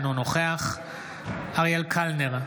אינו נוכח אריאל קלנר,